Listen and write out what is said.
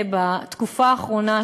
בתקופה האחרונה,